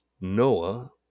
Noah